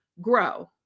grow